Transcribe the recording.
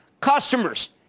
customers